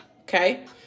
Okay